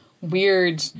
Weird